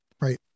right